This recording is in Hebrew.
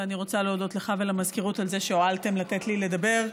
ואני רוצה להודות לך ולמזכירות על זה שהואלתם לתת לי לדבר,